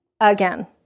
again